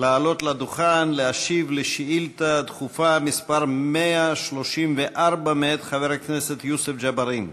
לעלות לדוכן להשיב על שאילתה דחופה מס' 134 מאת חבר הכנסת יוסף ג'בארין.